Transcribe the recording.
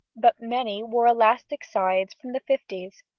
but many wore elastic sides from the fifties